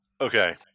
okay